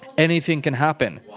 anything can happen.